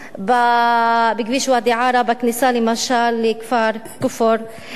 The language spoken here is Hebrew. בכביש ואדי-עארה, בכניסה, למשל, לכפר-קרע.